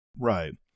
Right